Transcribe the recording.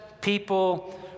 people